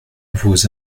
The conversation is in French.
vos